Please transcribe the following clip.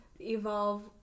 Evolve